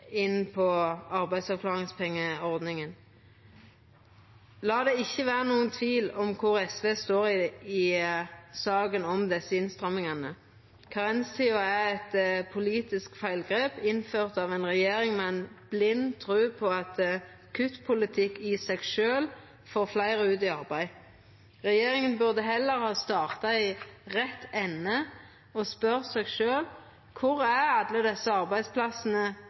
inn i arbeidsavklaringspengeordninga. La det ikkje vera nokon tvil om kor SV står i saka om desse innstrammingane. Karenstida er eit politisk feilgrep innført av ei regjering med ei blind tru på at kuttpolitikk i seg sjølv får fleire ut i arbeid. Regjeringa burde heller ha starta i rett ende og spurt seg sjølv: Kor er alle desse arbeidsplassane